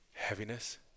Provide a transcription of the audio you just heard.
heaviness